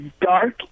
dark